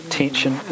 tension